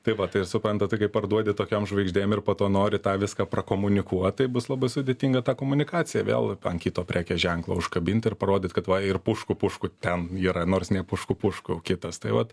tai va tai ir suprantate kai parduodi tokiom žvaigždėm ir po to nori tą viską prakomunikuot tai bus labai sudėtinga tą komunikaciją vėl ant kito prekės ženklo užkabint ir parodyt kad va ir pušku pušku ten yra nors ne pušku pušku kitas tai vat